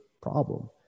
problem